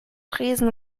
tresen